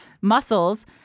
muscles